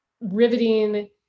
riveting